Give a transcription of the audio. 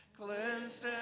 cleansed